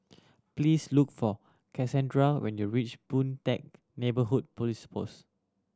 please look for Kassandra when you reach Boon Teck Neighbourhood Police Post